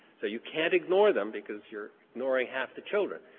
so you can't ignore them because you're ignoring half the children.